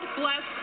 bless